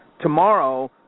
tomorrow